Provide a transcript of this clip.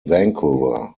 vancouver